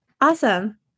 Awesome